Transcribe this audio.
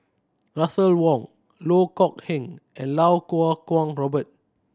Russel Wong Loh Kok Heng and Iau Kuo Kwong Robert